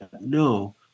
no